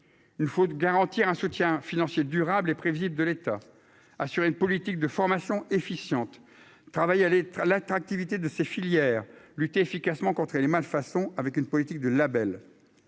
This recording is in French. il faut garantir un soutien financier durable et prévisible de l'État, assurer une politique de formation efficiente travail allez l'attractivité de ces filières lutter efficacement contre les malfaçons avec une politique de Label